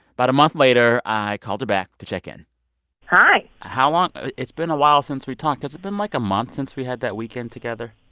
but a month later, i called her back to check in hi how long it's been a while since we talked. has it been, like, a month since we had the weekend together?